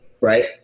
right